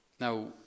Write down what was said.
now